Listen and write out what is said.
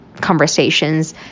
conversations